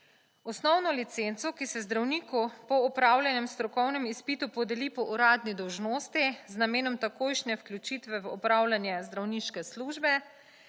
Osnovno licenco, ki se zdravniku po opravljenem strokovnem izpitu podeli po uradni določnosti z namenom takojšnje vključitve v upravljanje zdravniške službe,